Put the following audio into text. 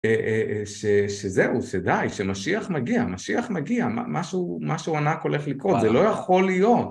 שזהו, שדי, שמשיח מגיע, משיח מגיע, משהו ענק הולך לקרות, זה לא יכול להיות.